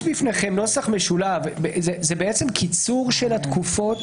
יש בפניכם נוסח משולב, וזה בעצם קיצור של התקופות